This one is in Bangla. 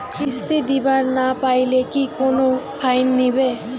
কিস্তি দিবার না পাইলে কি কোনো ফাইন নিবে?